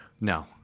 No